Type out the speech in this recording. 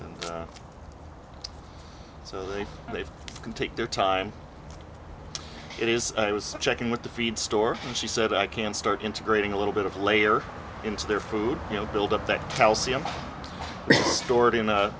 spigots so they they can take their time it is i was checking with the feed store and she said i can start integrating a little bit of layer into their food you know build up that calcium stored in